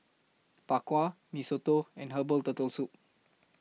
Bak Kwa Mee Soto and Herbal Turtle Soup